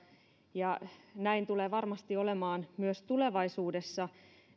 ja näin tulee varmasti olemaan myös tulevaisuudessa